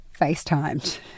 FaceTimed